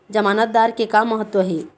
जमानतदार के का महत्व हे?